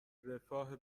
رفاه